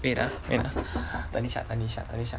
wait ah wait ah 等一下等一下等一下